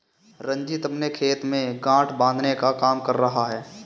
रंजीत अपने खेत में गांठ बांधने का काम कर रहा है